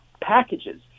packages